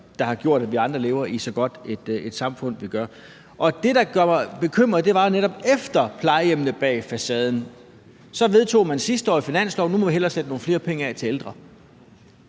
der har gjort, at vi andre lever i så godt et samfund, som vi gør. Det, der gør mig bekymret, er, at man netop efter »Plejehjemmene bag facaden« sidste år i finansloven vedtog, at nu må vi hellere sætte nogle flere penge af til ældre.